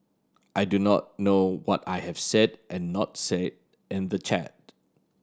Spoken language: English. I do not know what I have said and not said in the chat